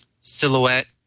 silhouette